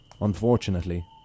Unfortunately